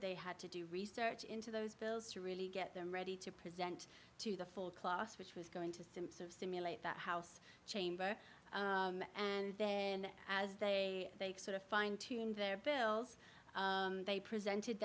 they had to do research into those bills to really get them ready to present to the full class which was going to simply stimulate that house chamber and then as they sort of fine tune their bills they presented